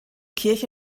kirche